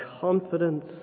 confidence